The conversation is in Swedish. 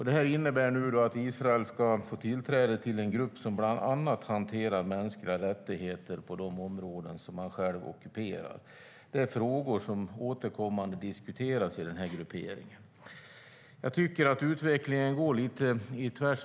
Det innebär att Israel får tillträde till en grupp som bland annat hanterar mänskliga rättigheter på de områden som landet självt ockuperar. Det är frågor som återkommande diskuteras i denna grupp. Jag tycker att utvecklingen går lite isär.